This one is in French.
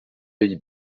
pays